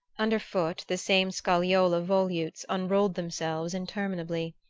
under foot the same scagliola volutes, unrolled themselves interminably.